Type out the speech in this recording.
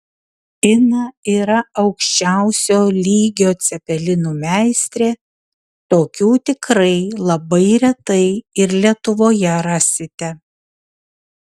ina yra aukščiausio lygio cepelinų meistrė tokių tikrai labai retai ir lietuvoje rasite